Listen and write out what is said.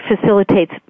facilitates